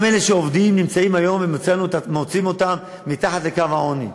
גם אלה שעובדים נמצאים היום ומוצאים אותם מתחת לקו העוני.